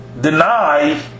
deny